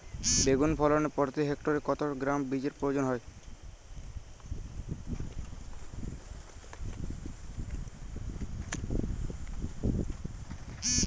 বেগুন ফলনে প্রতি হেক্টরে কত গ্রাম বীজের প্রয়োজন হয়?